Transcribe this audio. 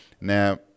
Now